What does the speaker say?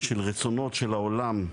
של רצונות של העולם,